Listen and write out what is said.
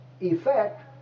effect